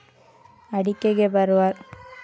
ಅಡಿಕೆಗೆ ಬರುವ ರೋಗದ ಲಕ್ಷಣ ಯಾವುದು?